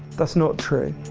that's not true.